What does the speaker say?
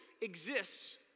exists